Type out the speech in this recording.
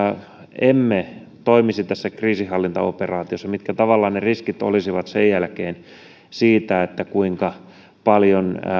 emme toimisi tässä kriisinhallintaoperaatiossa mitkä tavallaan ne riskit olisivat sen jälkeen siitä kuinka paljon